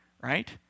Right